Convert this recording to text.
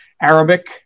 Arabic